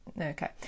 okay